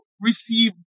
receive